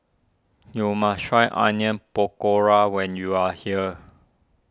you must try Onion Pakora when you are here